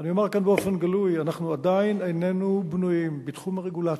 ואני אומר כאן באופן גלוי: אנחנו עדיין איננו בנויים בתחום הרגולציה,